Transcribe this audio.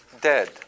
dead